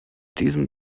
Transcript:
diesem